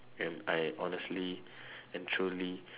and I honestly and truly